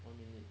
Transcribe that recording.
one minute